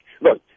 look